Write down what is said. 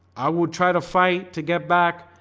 i will try to fight to get back